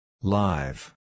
Live